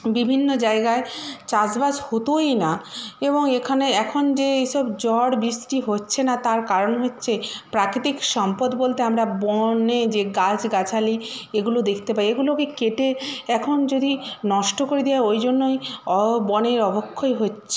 বিভিন্ন জায়গায় চাষবাস হতোই না এবং এখানে এখন যে এই সব ঝড় বৃষ্টি হচ্ছে না তার কারণ হচ্ছে প্রাকিতিক সম্পদ বলতে আমরা বনে যে গাছ গাছালি এগুলো দেখতে পাই এগুলোকে কেটে এখন যদি নষ্ট করে দেওয়া হয় ওই জন্যই বনের অবক্ষয় হচ্চে